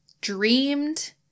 dreamed